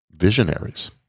Visionaries